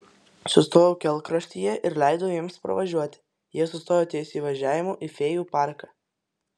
sustojau kelkraštyje ir leidau jiems pravažiuoti jie sustojo ties įvažiavimu į fėjų parką